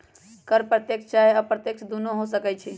कर प्रत्यक्ष चाहे अप्रत्यक्ष दुन्नो हो सकइ छइ